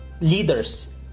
leaders